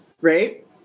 Right